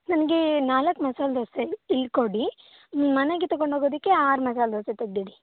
ನನಗೆ ನಾಲ್ಕು ಮಸಾಲೆ ದೋಸೆ ಇಲ್ಲಿ ಕೊಡಿ ಮನೆಗೆ ತಗೊಂಡ್ಹೋಗೋದಕ್ಕೆ ಆರು ಮಸಾಲೆ ದೋಸೆ ತೆಗೆದಿಡಿ